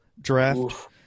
draft